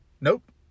Nope